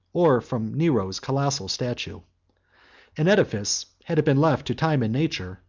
or from nero's colossal statue an edifice, had it been left to time and nature,